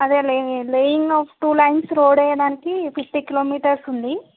అదే laying of two lanes road వేయడానికి fifty kilometres ఉంది